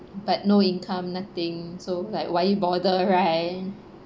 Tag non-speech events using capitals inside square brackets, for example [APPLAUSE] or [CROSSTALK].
but no income nothing so like why you [LAUGHS] bother right